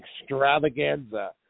Extravaganza